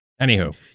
Anywho